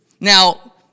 Now